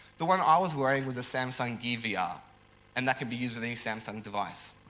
the one i was wearing was the samsung gear vr ah and that can be used with any samsung device.